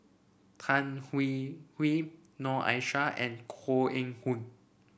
Tan Hwee Hwee Noor Aishah and Koh Eng Hoon